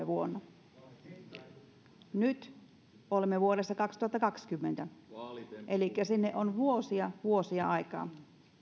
vuonna kaksituhattakaksikymmentäkolme nyt olemme vuodessa kaksituhattakaksikymmentä elikkä sinne on vuosia vuosia aikaa